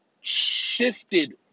shifted